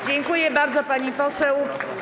Dziękuję bardzo, pani poseł.